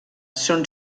són